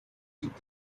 took